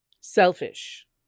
Selfish